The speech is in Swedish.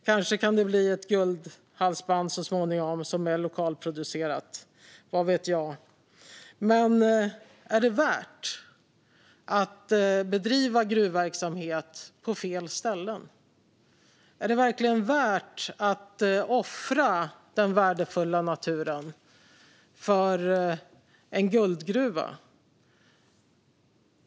Kanske kan det bli ett lokalproducerat guldhalsband så småningom, vad vet jag? Men är det värt att bedriva gruvverksamhet på fel ställen? Är det värt att offra den värdefulla naturen för en guldgruva?